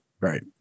right